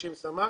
50 סמ"ק,